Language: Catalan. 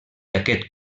aquest